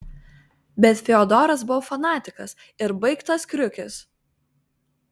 bet fiodoras buvo fanatikas ir baigtas kriukis